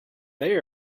they